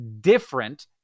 different